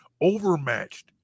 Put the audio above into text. overmatched